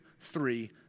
three